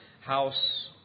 house